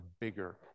bigger